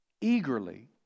eagerly